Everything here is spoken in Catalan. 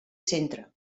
centre